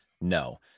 no